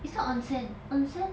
it's not onsen onsen